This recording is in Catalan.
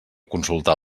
consultar